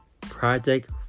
Project